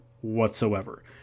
whatsoever